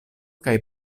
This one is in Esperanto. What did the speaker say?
kaj